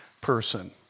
person